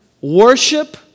Worship